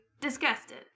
disgusted